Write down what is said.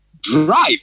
drive